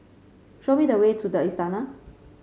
show me the way to the Istana